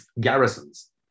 garrisons